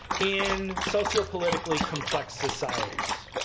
in sociopolitically complex societies,